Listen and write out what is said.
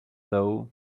though